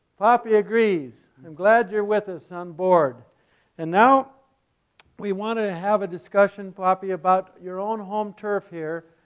poppy agrees, i'm glad you're with us on board and now we want to have a discussion poppy about your own home turf here,